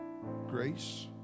grace